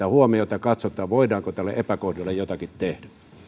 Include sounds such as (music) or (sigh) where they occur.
(unintelligible) huomiota katsotaan voidaanko tälle epäkohdalle jotakin tehdä